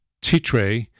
Titre